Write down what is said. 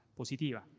positiva